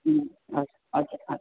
ம் okay okay okay